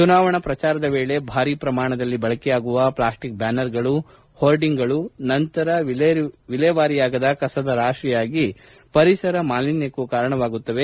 ಚುನಾವಣಾ ಪ್ರಚಾರದ ವೇಳೆ ಭಾರೀ ಪ್ರಮಾಣದಲ್ಲಿ ಬಳಕೆಯಾಗುವ ಪ್ಲಾಸ್ಟಿಕ್ ಬ್ಯಾನರ್ಗಳು ಹೋರ್ಡಿಂಗ್ಗಳು ನಂತರ ವಿಲೇವಾರಿಯಾಗದ ಕಸದ ರಾಶಿಯಾಗಿ ಪರಿಸರ ಮಾಲಿನ್ಯಕ್ಕೂ ಕಾರಣವಾಗುತ್ತದೆ